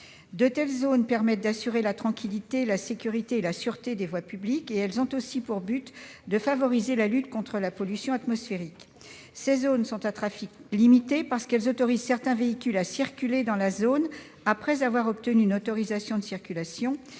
De telles zones permettent d'assurer la tranquillité, la sécurité et la sûreté des voies publiques ; elles ont aussi pour vocation de favoriser la lutte contre la pollution atmosphérique. Ces zones sont dites à trafic limité en ce que certains véhicules sont autorisés à y circuler après avoir obtenu une autorisation de circulation.